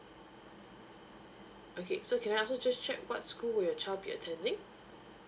okay so can I also just check what school were your child be attending